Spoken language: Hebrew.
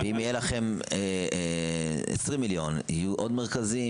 אם יהיה לכם עשרים מיליון, יהיו עוד מרכזים?